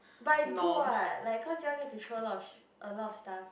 but is good what like cause you all get to throw a lot a lot of stuff